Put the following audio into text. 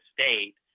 state